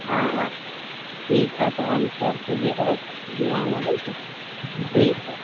हाँ ठीक हइ तऽ हम परसू जे हइ बिहान अबै छी ठीक हइ